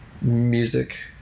music